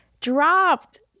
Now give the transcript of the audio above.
dropped